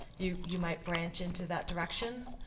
you you might branch into that direction.